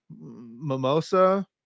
mimosa